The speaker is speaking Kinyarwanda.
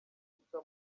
guca